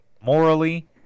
morally